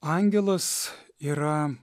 angelas yra